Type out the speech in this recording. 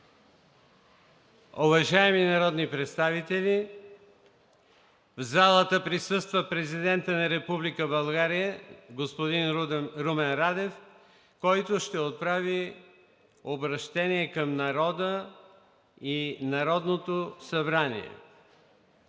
Уважаеми народни представители, в залата присъства Президентът на Република България господин Румен Радев, който ще отправи обръщение към народа и Народното събрание.